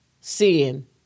sin